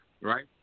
Right